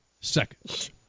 seconds